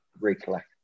recollect